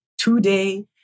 today